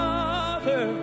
Father